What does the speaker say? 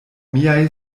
miaj